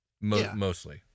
mostly